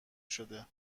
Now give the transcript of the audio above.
شده